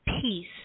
peace